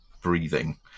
breathing